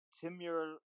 Timur